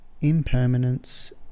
impermanence